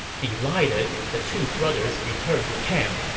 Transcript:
delighted, the two brothers returned to camp,